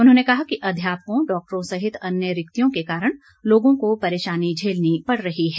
उन्होंने कहा कि अध्यापकों डॉक्टरों सहित अन्य रिक्तियों के कारण लोगों को परेशानी झेलनी पड़ रही है